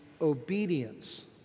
obedience